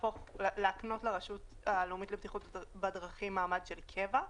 להקנות לרשות הלאומית לבטיחות בדרכים מעמד של קבע,